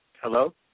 Hello